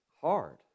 hard